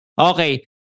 Okay